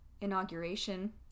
inauguration